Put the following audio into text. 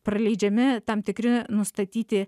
praleidžiami tam tikri nustatyti